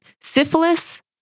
Syphilis